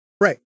right